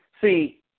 See